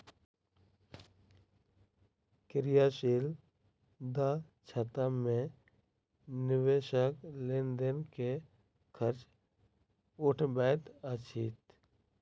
क्रियाशील दक्षता मे निवेशक लेन देन के खर्च उठबैत अछि